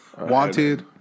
Wanted